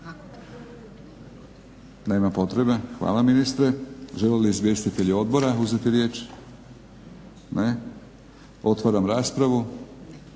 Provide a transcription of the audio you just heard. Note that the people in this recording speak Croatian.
Nema potrebe. Hvala ministre. Žele li izvjestitelji odbora uzeti riječ? Ne. Otvaram raspravu.